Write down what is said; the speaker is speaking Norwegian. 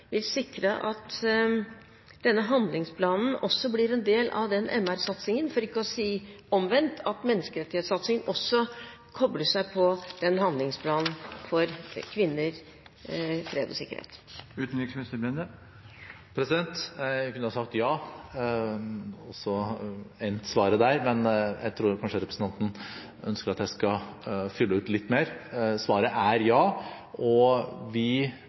vil sikre at denne handlingsplanen også blir en del av den MR-satsingen, for ikke å si omvendt, at menneskerettighetssatsing også kobler seg på denne handlingsplanen for kvinner, fred og sikkerhet. Jeg kunne ha sagt ja, og så endt svaret der, men jeg tror representanten kanskje ønsker at jeg skal fylle ut litt mer. Svaret er ja, og vi